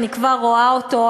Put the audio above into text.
אני כבר רואה אותו,